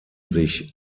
sich